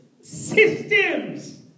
systems